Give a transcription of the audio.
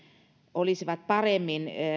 olisivat paremmin